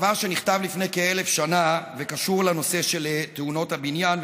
דבר שנכתב לפני כ-1,000 שנה וקשור לנושא של תאונות הבניין,